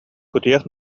кутуйах